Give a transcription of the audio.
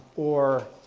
or